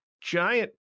giant